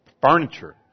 furniture